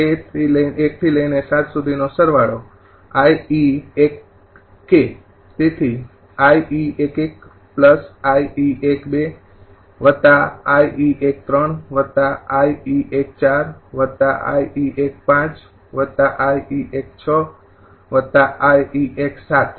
તેથી 𝑖𝑒૧૧𝑖𝑒૧૨𝑖𝑒૧૩𝑖𝑒૧૪𝑖𝑒૧૫𝑖𝑒૧૬𝑖𝑒૧૭